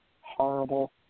horrible